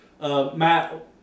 Matt